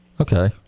Okay